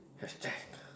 hashtag